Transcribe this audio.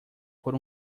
por